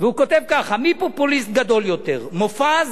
והוא כותב ככה: מי פופוליסט גדול יותר, מופז,